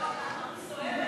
לא, אמרתי סוערת.